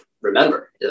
remember